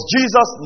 Jesus